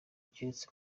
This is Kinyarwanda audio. keretse